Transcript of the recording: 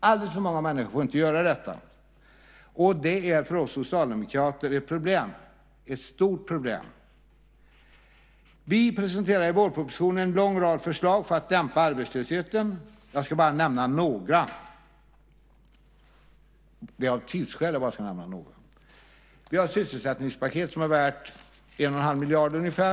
Alldeles för många människor får inte göra detta, och det är för oss socialdemokrater ett problem, ett stort problem. Vi presenterar i vårpropositionen en lång rad förslag för att dämpa arbetslösheten. Jag ska av tidsskäl bara nämna några. Vi har ett sysselsättningspaket som är värt 1,5 miljarder ungefär.